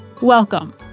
Welcome